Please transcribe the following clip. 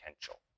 potential